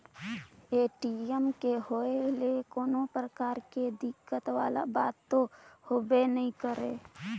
ATM के होए ले कोनो परकार के दिक्कत वाला बात तो रहबे नइ करे